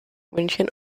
münchen